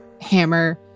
hammer